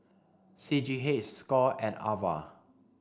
C G H Score and Ava